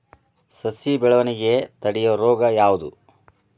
ಸಸಿ ಬೆಳವಣಿಗೆ ತಡೆಯೋ ರೋಗ ಯಾವುದು?